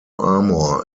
armour